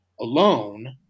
alone